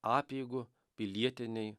apeigų pilietiniai